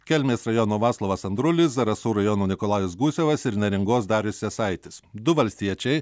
kelmės rajono vaclovas andrulis zarasų rajono nikolajus gusevas ir neringos darius jasaitis du valstiečiai